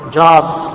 jobs